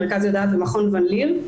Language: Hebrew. מרכז יודעת ומכון ואן ליר.